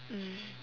mm